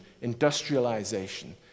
industrialization